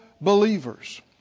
believers